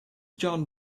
john